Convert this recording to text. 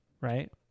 right